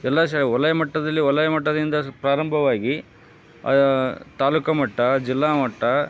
ಎಲ್ಲಾ ಶಾ ವಲಯ ಮಟ್ಟದಲ್ಲಿ ವಲಯ ಮಟ್ಟದಿಂದ ಸ್ ಪ್ರಾರಂಭವಾಗಿ ತಾಲೂಕು ಮಟ್ಟ ಜಿಲ್ಲಾ ಮಟ್ಟ